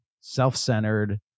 self-centered